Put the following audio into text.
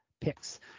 picks